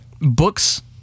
books